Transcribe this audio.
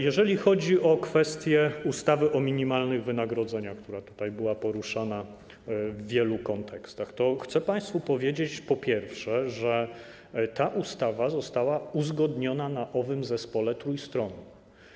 Jeżeli chodzi o kwestię ustawy o minimalnych wynagrodzeniach, która była tutaj poruszana w wielu kontekstach, to chcę państwu powiedzieć, po pierwsze, że ta ustawa została uzgodniona w owym zespole trójstronnym.